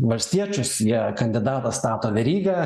valstiečius jie kandidatą stato verygą